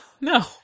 No